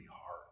hard